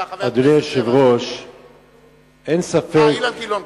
סליחה, גם חבר הכנסת אילן גילאון.